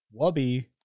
Wubby